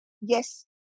yes